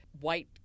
white